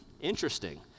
interesting